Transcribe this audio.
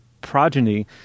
progeny